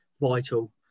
vital